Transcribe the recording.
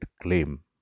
claim